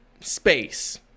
space